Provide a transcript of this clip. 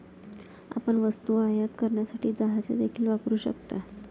आपण वस्तू आयात करण्यासाठी जहाजे देखील वापरू शकता